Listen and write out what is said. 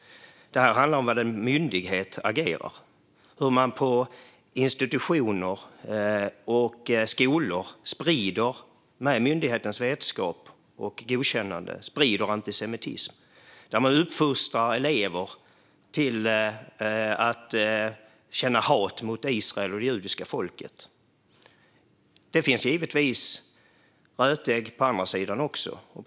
Den här handlar om hur en myndighet agerar. På institutioner och skolor sprider man med myndighetens vetskap och godkännande antisemitism. Man uppfostrar elever till att känna hat mot Israel och det judiska folket. Det finns givetvis rötägg också på den andra sidan.